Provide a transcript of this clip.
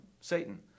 Satan